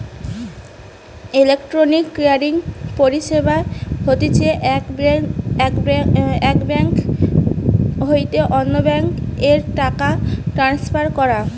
electronic clearing পরিষেবা হতিছে এক বেঙ্ক হইতে অন্য বেঙ্ক এ টাকা ট্রান্সফার করা